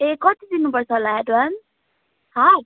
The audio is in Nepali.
ए कति दिनु पर्छ होला एडभान्स हाफ